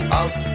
out